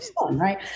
right